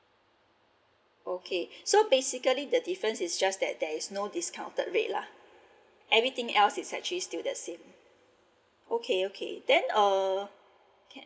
okay so basically the difference is just that there is no discounted rate lah everything else is actually still the same okay okay then uh can